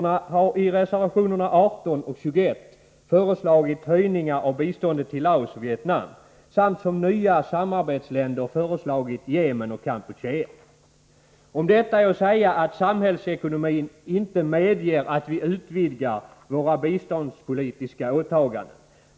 Vpk har i reservationerna 18 och 21 föreslagit höjningar av biståndet till Laos och Vietnam samt som nya samarbetsländer föreslagit Yemen och Kampuchea. Till detta kan jag säga att samhällsekonomin inte medger att vi utvidgar våra biståndspolitiska åtaganden.